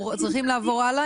אנחנו צריכים לעבור הלאה,